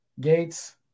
Gates